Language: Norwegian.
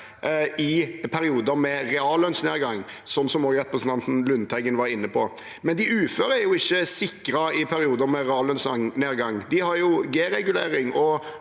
i perioder med reallønnsnedgang, som også representanten Lundteigen var inne på. Men de uføre er ikke sikret i perioder med reallønnsnedgang. De har G-regulering,